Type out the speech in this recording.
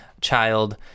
child